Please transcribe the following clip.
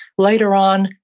later on,